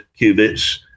qubits